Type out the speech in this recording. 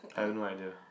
I have no idea